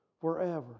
forever